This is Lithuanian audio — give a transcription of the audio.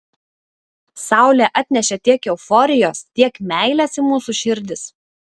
saulė atnešė tiek euforijos tiek meilės į mūsų širdis